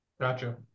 Gotcha